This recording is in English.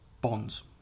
bonds